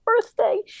birthday